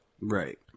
Right